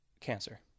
cancer